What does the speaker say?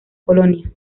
colonia